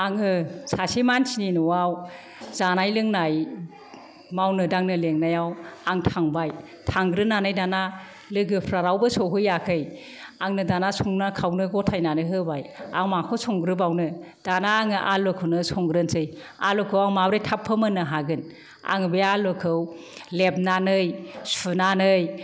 आङो सासे मानसिनि न'आव जानाय लोंनाय मावनो दांनो लिंनायाव आं थांबाय थांग्रोनानै दाना लोगोफ्रा रावबो सौहैयाखै आंनो दाना संनो खावनो गथायनानै होबाय आं माखौ संग्रोबावनो दाना आङो आलुखौनो संग्रोनसै आलुखौ आं माबोरै थाब फोमोननो हागोन आङो बे आलुखौ लेमनानै सुनानै